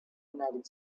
united